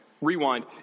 rewind